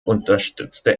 unterstützte